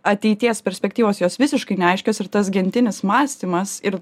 ateities perspektyvos jos visiškai neaiškios ir tas gentinis mąstymas ir